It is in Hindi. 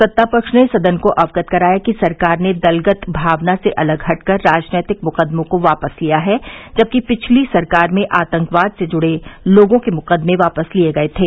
सत्ता पक्ष ने सदन को अवगत कराया कि सरकार ने दलगत भावना से अलग हटकर राजनैतिक मुकदमों को वापस लिया है जबकि पिछली सरकार में आतंकवाद से जुड़े लोगों के मुकदमे वापस लिये गये थे